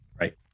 Right